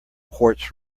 quartz